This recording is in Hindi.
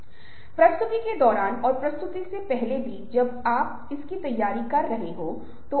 और 21 वीं सदी के हमें घेरते हैं और हम विजुअल्स के साथ बहुत समय बिताया है